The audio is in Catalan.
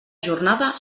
jornada